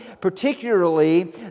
particularly